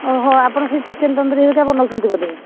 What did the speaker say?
ଓହୋ ଆପଣ ସେଇ ଚିକେନ୍ ତନ୍ଦୁରି ହେରିକା ବନଉଛନ୍ତି ବୋଧେ